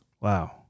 Wow